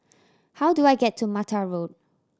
how do I get to Mattar Road